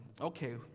okay